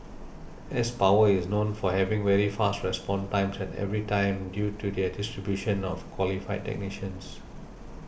s Power is known for having very fast response times at every time due to their distribution of qualified technicians